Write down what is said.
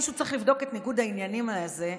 מישהו צריך לבדוק את ניגוד העניינים הזה,